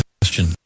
question